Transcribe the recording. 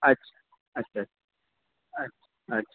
اچھا اچھا اچھ اچھ